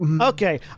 okay